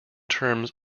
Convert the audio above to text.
terms